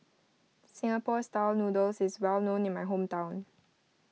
Singapore Style Noodles is well known in my hometown